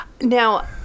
Now